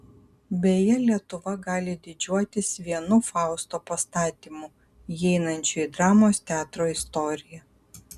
beje lietuva gali didžiuotis vienu fausto pastatymu įeinančiu į dramos teatro istoriją